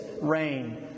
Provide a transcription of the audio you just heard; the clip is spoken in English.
rain